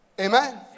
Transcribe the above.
Amen